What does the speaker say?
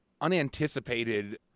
unanticipated